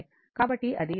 కాబట్టి ఇది 200 30 203 Ω